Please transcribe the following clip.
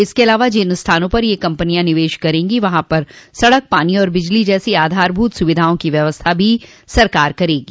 इसके अलावा जिन स्थानों पर यह कम्पनियां निवेश करेंगी वहां पर सड़क पानी और बिजली जैसी आधारभूत सुविधाओं की व्यवस्था भी सरकार करेगी